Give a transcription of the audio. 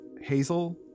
Hazel